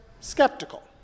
skeptical